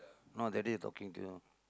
no that day was talking to you